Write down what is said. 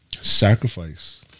Sacrifice